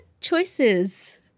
Choices